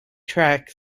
track